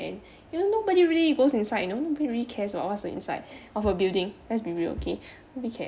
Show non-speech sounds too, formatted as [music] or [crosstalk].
and you know nobody really goes inside you know nobody really cares about what's the inside [breath] of a building let's be real okay nobody care